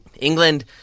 England—